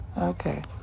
Okay